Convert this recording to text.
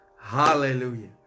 Hallelujah